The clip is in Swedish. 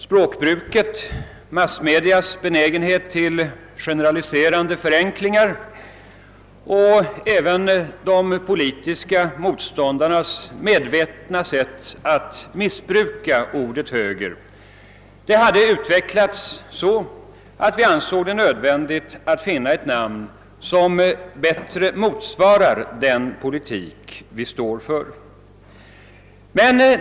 Språkbruket, massmedias benägenhet till generaliserande förenklingar och även de politiska motståndarnas medvetna sätt att missbruka ordet höger hade utvecklats så, att vi ansåg det nödvändigt att finna ett namn som bättre motsvarar den politik vi står för.